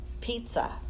pizza